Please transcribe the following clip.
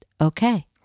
okay